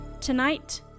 Tonight